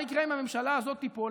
מה יקרה אם הממשלה הזאת תיפול?